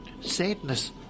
sadness